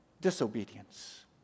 disobedience